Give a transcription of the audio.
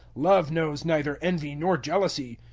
love knows neither envy nor jealousy.